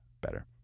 better